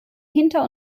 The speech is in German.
hinter